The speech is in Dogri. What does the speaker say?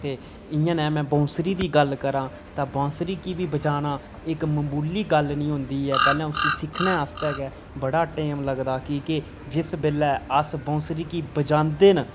ते इयै नेह् में बांसुरी दी गल्ल करां तां बांसुरी गी बी बजाना इक ममूली गल्ल नीं होंदी ऐ पैह्ले उसी अस सिक्खने आस्तै गै बड़ा टाइम लगदा ऐ कि कि जिस बेल्लै अस बांसुरी गी बजांदे न